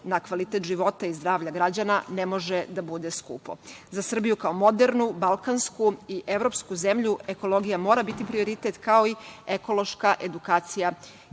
na kvalitet života i zdravlje građana ne može da bude skupo.Za Srbiju kao modernu, balkansku i evropsku zemlju ekologija mora biti prioritet, kao i ekološka edukacija